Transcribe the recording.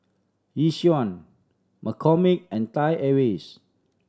Yishion McCormick and Thai Airways